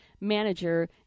Manager